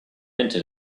hinted